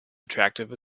attractive